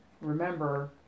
remember